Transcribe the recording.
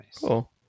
Cool